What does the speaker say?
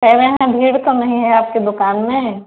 कह रहे हैं भीड़ तो नहीं है आपकी दुकान में